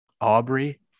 Aubrey